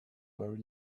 very